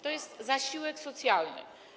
To jest zasiłek socjalny.